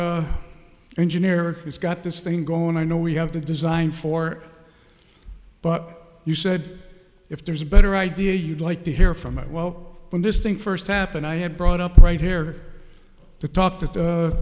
r engineering has got this thing going i know we have to design for but you said if there's a better idea you'd like to hear from it well when this thing first happened i had brought up right here to talk to